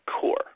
core